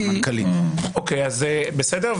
אוקיי, אז בסדר.